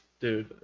Dude